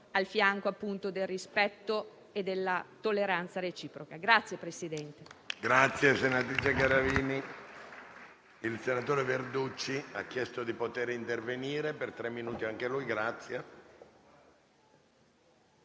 valori del rispetto e della tolleranza reciproca.